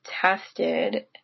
tested